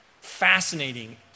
fascinating